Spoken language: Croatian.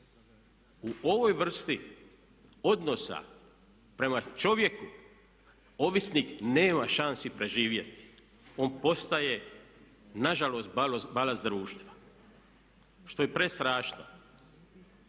U ovoj vrsti odnosa prema čovjeku ovisnik nema šansi preživjeti. On postaje na žalost balast društva što je prestrašno.